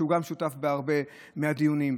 שגם הוא שותף בהרבה מהדיונים,